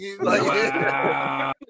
wow